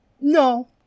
No